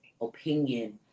opinion